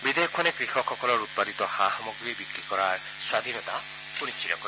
বিধেয়কখনে কৃষকসকলৰ উৎপাদিত সা সামগ্ৰী বিক্ৰী কৰাৰ স্বাধীনতা সুনিশ্চিত কৰিব